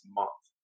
month